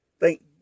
Thank